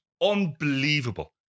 Unbelievable